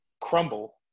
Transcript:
crumble